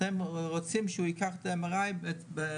אתם רוצים שהוא ייקח את ה-MRI במור.